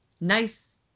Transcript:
nice